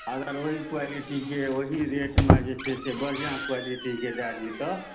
अगर ओहि क्वालिटीके ओही रेटमे जे छै से बढ़िआँ क्वालिटीके दऽ दी तऽ